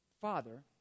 Father